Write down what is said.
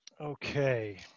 Okay